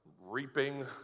reaping